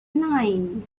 nine